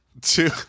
two